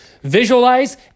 visualize